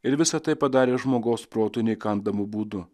ir visa tai padarė žmogaus protu neįkandamu būdu